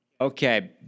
Okay